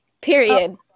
period